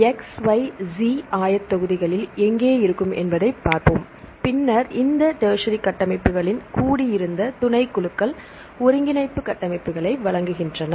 x y z ஆயத்தொகுதிகளில் எங்கே இருக்கும் என்பதைப் பார்ப்போம் பின்னர் இந்த டெர்சரி கட்டமைப்புகளின் கூடியிருந்த துணைக்குழுக்கள் ஒருங்கிணைப்பு கட்டமைப்புகளை வழங்குகின்றன